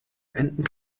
enden